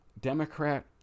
Democrat